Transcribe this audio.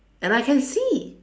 and I can see